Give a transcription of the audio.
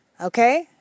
Okay